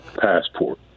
passport